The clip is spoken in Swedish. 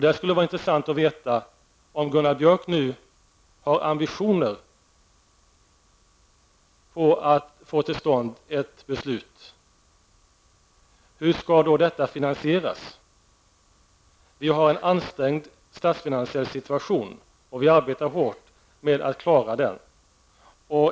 Det skulle vara intressant att få veta hur detta skall finansieras om Gunnar Björk har ambitionen att få till stånd ett beslut. Vi har en ansträngd statsfinansiell situation, och vi arbetar hårt för att klara den.